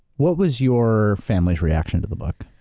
what was your family's reaction to the book?